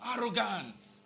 arrogant